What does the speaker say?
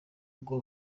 ngo